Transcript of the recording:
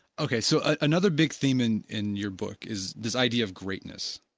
okay, so another big theme in in your book is this idea of greatness,